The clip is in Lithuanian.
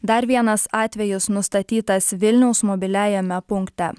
dar vienas atvejis nustatytas vilniaus mobiliajame punkte